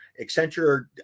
Accenture